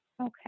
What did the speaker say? Okay